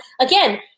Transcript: again